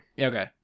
Okay